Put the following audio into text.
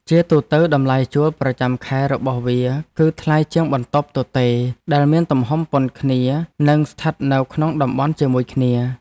ជាទូទៅតម្លៃជួលប្រចាំខែរបស់វាគឺថ្លៃជាងបន្ទប់ទទេរដែលមានទំហំប៉ុនគ្នានិងស្ថិតនៅក្នុងតំបន់ជាមួយគ្នា។